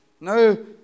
no